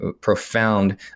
profound